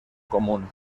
común